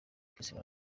kisilamu